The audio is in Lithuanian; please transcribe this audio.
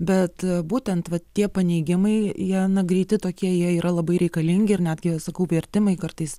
bet būtent va tie paneigimai jie na greiti tokie jie yra labai reikalingi ir netgi sakau vertimai kartais